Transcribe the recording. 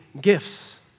gifts